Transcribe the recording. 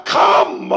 come